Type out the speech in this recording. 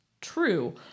true